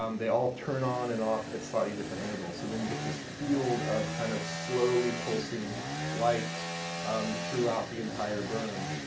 um they all turn on and off at slightly different intervals so then you get this field of kind of slowly pulsing lights um throughout the entire berm,